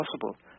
possible